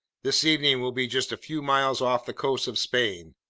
this evening we'll be just a few miles off the coast of spain.